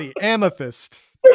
Amethyst